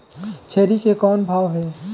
छेरी के कौन भाव हे?